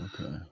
Okay